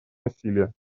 насилия